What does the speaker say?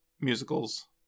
musicals